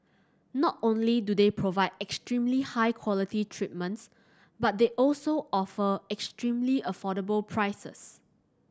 not only do they provide extremely high quality treatments but they also offer extremely affordable prices